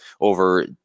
over